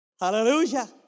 hallelujah